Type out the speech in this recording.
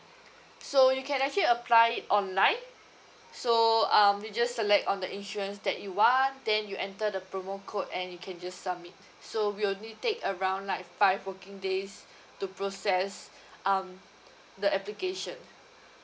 so you can actually apply it online so um you just select on the insurance that you want then you enter the promo code and you can just submit so we only take around like five working days to process um the application